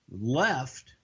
left